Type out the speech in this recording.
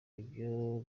ibyo